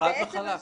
חד וחלק.